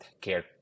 care